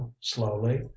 slowly